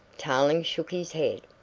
tarling shook his head.